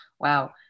Wow